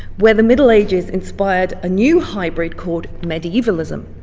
where the middle ages inspired a new hybrid called medievalism.